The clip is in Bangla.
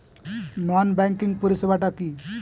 নন ব্যাংকিং পরিষেবা টা কি?